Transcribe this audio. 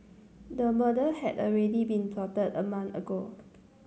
the murder had already been plotted a month ago